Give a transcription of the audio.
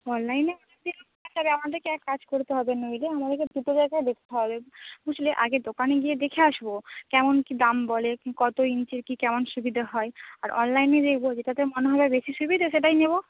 অনলাইনে আমাদেরকে এক কাজ করতে হবে নইলে আমাদেরকে দুটো জায়গায় দেখতে হবে বুঝলে আগে দোকানে গিয়ে দেখে আসবো কেমন কী দাম বলে কত ইঞ্চির কী কেমন সুবিধে হয় আর অনলাইনে দেখব যেটাতে মনে হবে বেশি সুবিধে সেটাই নেব